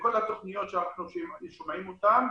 בכל התוכניות שאנחנו שומעים אותן,